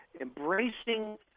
embracing